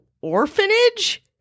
orphanage